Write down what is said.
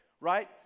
right